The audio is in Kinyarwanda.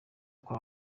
kwa